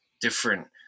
different